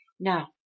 Now